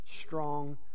strong